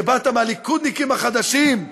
שבאת מהליכודניקים החדשים,